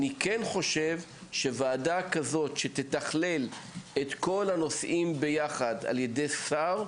אני כן חושב שוועדה כזאת שתתכלל את כל הנושאים ביחד על-ידי שר,